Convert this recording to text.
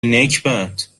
نکبت